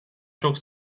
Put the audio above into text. çok